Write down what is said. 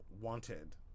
wanted